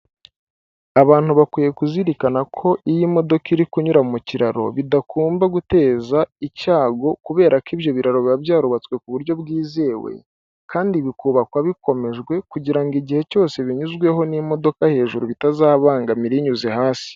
Abantu bakwiye kuzirikana ko iyo modoka iri kunyura mu kiraro bidakomba guteza icyago, kubera ko ibyo biraro biba byarubatswe ku buryo bwizewe, kandi bikubakwa bikomejwe, kugira ngo igihe cyose binyuzweho n'imodoka hejuru bitazabangamira inyuze hasi.